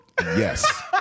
Yes